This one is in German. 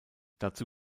dazu